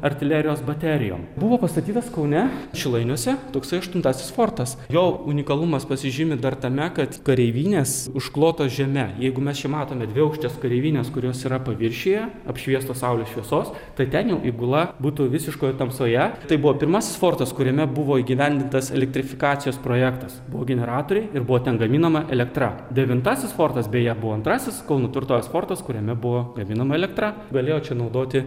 artilerijos baterijom buvo pastatytas kaune šilainiuose toksai aštuntasis fortas jo unikalumas pasižymi dar tame kad kareivinės užklotos žeme jeigu mes čia matome dviaukštes kareivines kurios yra paviršiuje apšviestos saulės šviesos tai ten jau įgula būtų visiškoje tamsoje tai buvo pirmasis fortas kuriame buvo įgyvendintas elektrifikacijos projektas buvo generatoriai ir buvo ten gaminama elektra devintasis fortas beje buvo antrasis kauno tvirtovės fortas kuriame buvo gaminama elektra galėjo čia naudoti